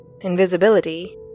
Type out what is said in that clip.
invisibility